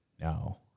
No